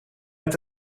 met